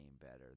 better